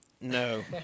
no